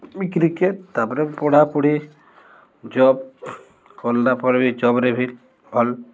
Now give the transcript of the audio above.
ବିକ୍ରିକେ ତା'ପରେ ପଢ଼ାପଢ଼ି ଜବ୍ କଲାପରେ ବି ଜବ୍ରେ ବି ଭଲ୍